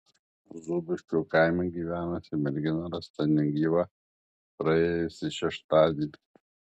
zūbiškių kaime gyvenusi mergina rasta negyva praėjusį šeštadienį